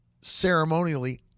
ceremonially